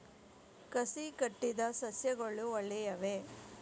ಕಸಿ ಕಟ್ಟಿದ ಸಸ್ಯಗಳು ಒಳ್ಳೆಯವೇ?